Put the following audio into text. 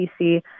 PC